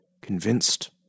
convinced